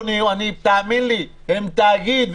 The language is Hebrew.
הם תאגיד,